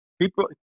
People